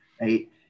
right